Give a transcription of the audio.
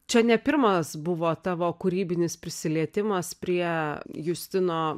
čia ne pirmas buvo tavo kūrybinis prisilietimas prie justino